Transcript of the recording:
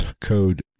code